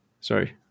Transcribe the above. sorry